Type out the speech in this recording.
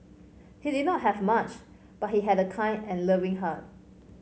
he did not have much but he had a kind and loving heart